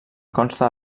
consta